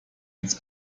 ins